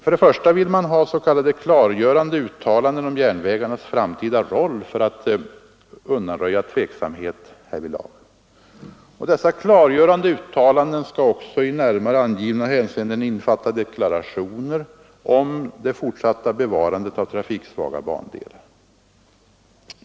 Man vill ha s.k. klargörande uttalanden om järnvägens framtida roll, för att undanröja tveksamhet härvidlag. Dessa klargörande uttalanden skall också i närmare angivna hänseenden innefatta deklarationer om det fortsatta bevarandet av trafiksvaga bandelar.